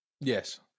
Yes